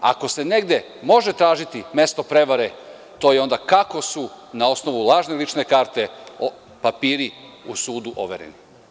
Ako se negde može tražiti mesto prevare, to je onda kako su na osnovu lažne lične karte papiri u sudu overeni?